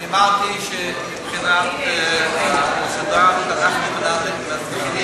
אמרתי שמבחינת, אנחנו מתחילים